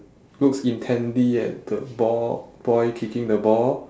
looks intently at the ball boy kicking the ball